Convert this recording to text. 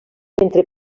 entre